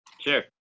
Sure